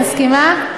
את מסכימה?